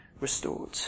restored